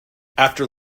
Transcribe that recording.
after